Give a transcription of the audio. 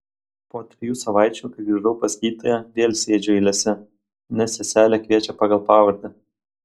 po trijų savaičių kai grįžau pas gydytoją vėl sėdžiu eilėse nes seselė kviečia pagal pavardę